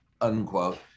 unquote